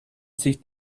sich